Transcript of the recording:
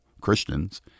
Christians